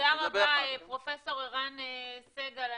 תודה רבה, פרופ' ערן סגל.